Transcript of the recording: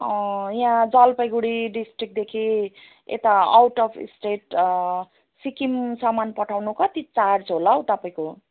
यहाँ जलपाइगुडी डिस्ट्रिक्टदेखि यता आउट अफ स्टेट सिक्किम समान पठाउनु कति चार्ज होला हौ तपाईँको